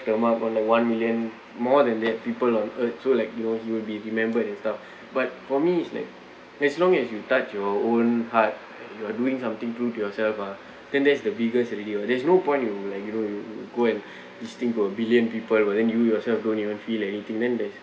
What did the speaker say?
the mark on like one million more than that people on earth so like you know he'll be remembered and stuff but for me is like as long as you touch your own heart you are doing something prove to yourself mah then that's the biggest already oh there's no point you like you know you go and this thing to a billion people but then you yourself don't even feel anything then that's